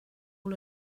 all